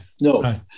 no